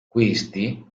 questi